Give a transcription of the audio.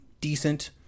decent